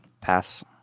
pass